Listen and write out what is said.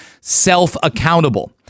self-accountable